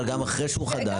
אבל גם אחרי שהוא חדש,